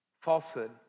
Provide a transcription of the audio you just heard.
falsehood